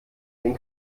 den